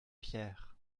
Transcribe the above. pierre